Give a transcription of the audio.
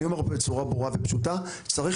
אני אומר פה בצורה ברורה ופשוטה: צריך